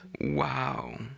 Wow